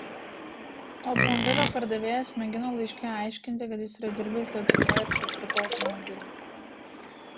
automobilio pardavėjas mėgino laiške aiškinti kad jis yra dirbęs lietuvoje ir čia pirko automobilį